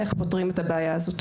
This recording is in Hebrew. איך פותרים את הבעיה הזאת.